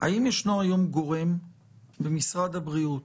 האם ישנו היום גורם במשרד הבריאות